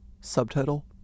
subtitle